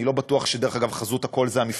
אני לא בטוח, דרך אגב, שחזות הכול היא המפרטים,